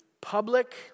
public